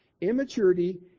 Immaturity